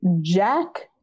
Jack